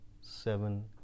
seven